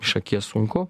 iš akies sunku